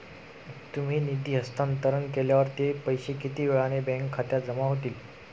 तुम्ही निधी हस्तांतरण केल्यावर ते पैसे किती वेळाने बँक खात्यात जमा होतील?